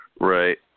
Right